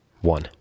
One